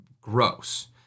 gross